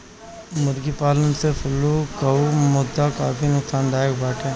मुर्गी पालन में फ्लू कअ मुद्दा काफी नोकसानदायक बाटे